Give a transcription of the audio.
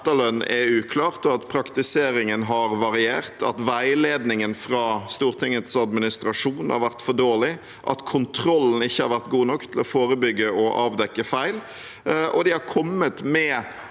er uklart, og at praktiseringen har variert, at veiledningen fra Stortingets administrasjon har vært for dårlig, og at kontrollen ikke har vært god nok til å forebygge og avdekke feil. Riksrevisjonen har kommet med